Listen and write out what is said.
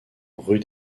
rue